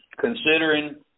considering